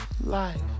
Life